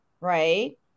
right